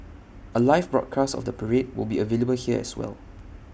A live broadcast of the parade will be available here as well